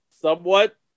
somewhat